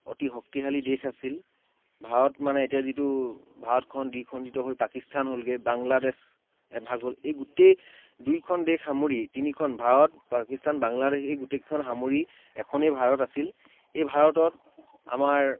অতি শক্তিশালী দেশ আছিল ভাৰত মানে এতিয়া যিটো ভাৰতখন দ্বি খণ্ডিত হৈ পাকিস্থান হ'লগে বাংলাদেশ এভাগ হ'ল এই গোটেই দুইখন দেশ সামৰি তিনিখন ভাৰত পাকিস্থান বাংলাদেশ এই গোটেই কেইখন সামৰি এখনেই ভাৰত আছিল এই ভাৰতত আমাৰ